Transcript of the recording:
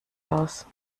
aus